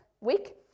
week